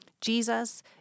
Jesus